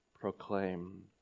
proclaim